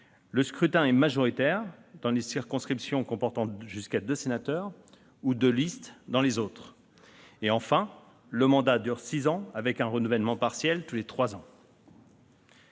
Le scrutin est majoritaire, dans les circonscriptions comportant jusqu'à deux sénateurs, ou de liste dans les autres. Enfin, le mandat dure six ans avec un renouvellement partiel tous les trois ans.